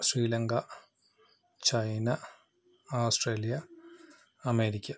Sri Lanka China Australia America